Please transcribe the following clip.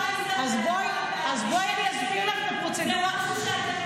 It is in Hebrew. בואי אני אסביר לך את הפרוצדורה,